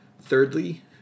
Thirdly